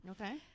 okay